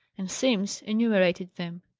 and simms enumerated them.